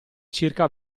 circa